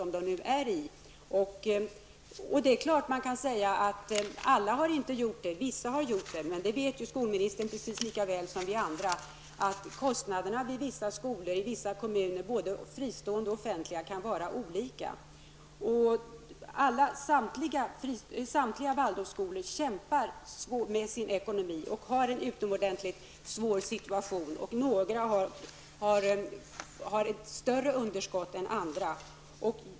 Man kan säga att inte alla har gjort det, men skolministern vet precis lika väl som vi andra att kostnaderna för fristående skolor, liksom för offentliga, i vissa kommuner kan vara olika. Samtliga Waldorfskolor kämpar med sin ekonomi och har en utomordentligt svår situation. Några har ett större underskott än andra.